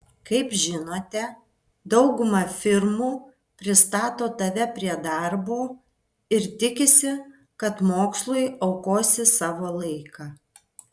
kaip žinote dauguma firmų pristato tave prie darbo ir tikisi kad mokslui aukosi savo laiką